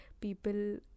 people